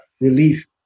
relief